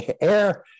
air